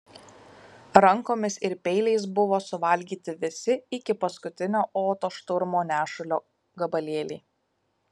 rankomis ir peiliais buvo suvalgyti visi iki paskutinio oto šturmo nešulio gabalėliai